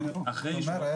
אחרי אישור החוק.